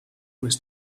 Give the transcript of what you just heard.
was